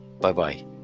bye-bye